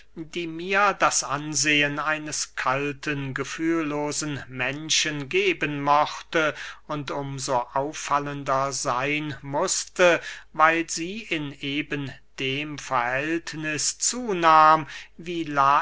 die mir das ansehen eines kalten gefühllosen menschen geben mochte und um so auffallender seyn mußte weil sie in eben dem verhältniß zunahm wie lais